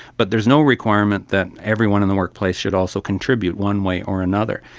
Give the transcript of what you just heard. but there is no requirement that everyone in the workplace should also contribute one way or another.